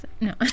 No